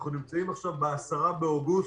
אנחנו נמצאים עכשיו ב-10 באוגוסט.